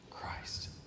Christ